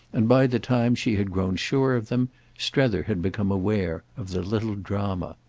and by the time she had grown sure of them strether had become aware of the little drama.